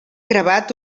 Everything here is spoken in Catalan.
gravat